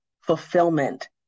fulfillment